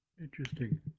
Interesting